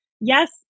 yes